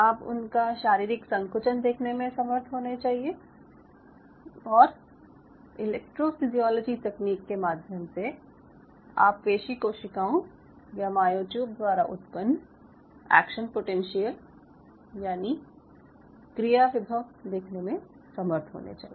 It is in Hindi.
आप उनका शारीरिक संकुचन देखने में समर्थ होने चाहिए और इलेक्ट्रोफीसिओलॉजी तकनीक के माध्यम से आप पेशी कोशिकाओं या मायोट्यूब द्वारा उत्पन्न एक्शन पोटेंशियल यानि क्रिया विभव देखने में समर्थ होने चाहिए